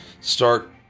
start